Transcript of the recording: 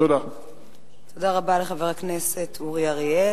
תודה רבה לחבר הכנסת אורי אריאל.